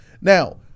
Now